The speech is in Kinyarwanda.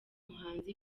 muhanzi